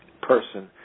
person